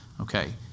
Okay